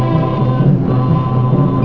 oh